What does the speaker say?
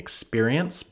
Experience